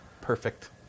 Perfect